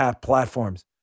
platforms